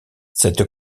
cette